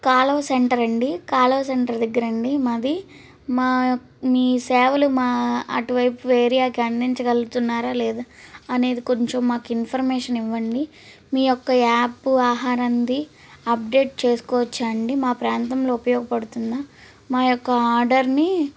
కాలువ సెంటరండి కాలువ సెంటర్ దగ్గరండి మాది మా యొ మీ సేవలు మా అటు వైపు ఏరియాకి అందించగలుగుతున్నారా లేదా అనేది కొంచుం మాకు ఇన్ఫార్మేషన్ ఇవ్వండి మీ యొక్క యాప్ ఆహారంది అప్డేట్ చేసుకోవచ్చా అండి మా ప్రాంతంలో ఉపయోగపడుతుంద మా యొక్క ఆర్డర్ని